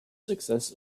success